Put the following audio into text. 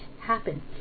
happen